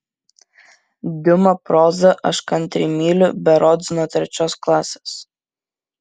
diuma prozą aš kantriai myliu berods nuo trečios klasės